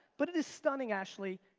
but it is stunning ashley.